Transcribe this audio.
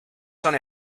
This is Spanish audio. son